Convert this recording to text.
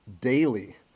daily